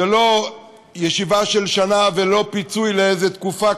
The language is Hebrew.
זאת לא ישיבה של שנה ולא פיצוי לאיזו תקופה קשה.